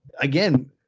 again